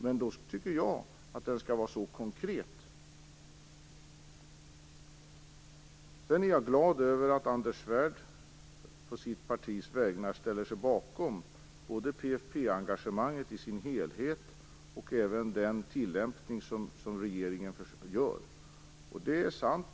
Men jag tycker att den skall vara konkret. Jag är glad över att Anders Svärd å sitt partis vägnar ställer sig bakom både PFF-engagemanget i dess helhet och regeringens tillämpning.